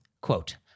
quote